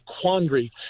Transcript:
Quandary